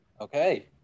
Okay